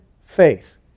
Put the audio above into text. faith